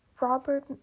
Robert